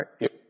right